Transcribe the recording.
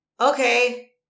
okay